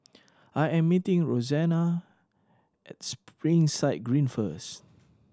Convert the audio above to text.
I am meeting Rosanna at Springside Green first